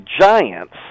giants